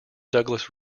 douglas